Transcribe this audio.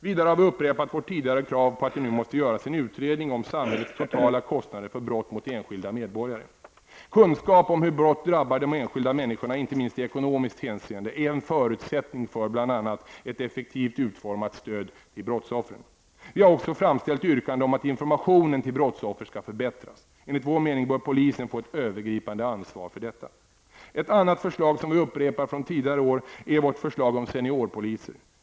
Vidare har vi upprepat vårt tidigare krav på att det nu måste göras en utredning om samhällets totala kostnader för brott mot enskilda medborgare. Kunskap om hur brott drabbar de enskilda människorna, inte minst i ekonomiskt hänseende, är en förutsättning för bl.a. ett effektivt utformat stöd till brottsoffren. Vi har också framställt yrkande om att informationen till brottsoffer skall förbättras. Enligt vår mening bör polisen få ett övergripande ansvar för detta. Ett annat förslag, som vi upprepar från tidigare år, är vårt förslag om seniorpoliser.